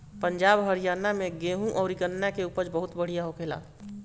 पंजाब, हरियाणा में गेंहू अउरी गन्ना के उपज बहुते बढ़िया होखेला